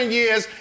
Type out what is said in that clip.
years